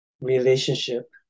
relationship